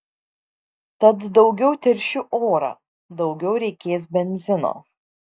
tad daugiau teršiu orą daugiau reikės benzino